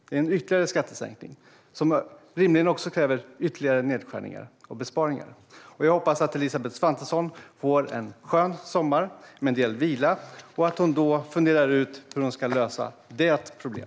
Det är ytterligare en skattesänkning som rimligen kräver ytterligare nedskärningar och besparingar. Jag hoppas att Elisabeth Svantesson får en skön sommar med en del vila och att hon då funderar ut hur hon ska lösa detta problem.